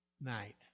night